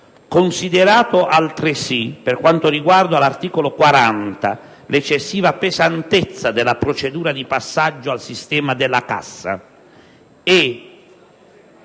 considerata altresì, per quanto riguarda l'articolo 40, l'eccessiva pesantezza della procedura di passaggio al sistema della cassa;